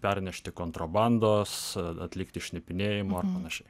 pernešti kontrabandos atlikti šnipinėjimo ir panašiai